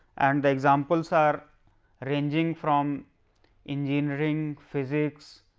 and the examples are ranging from engineering physics,